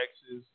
Texas